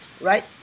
right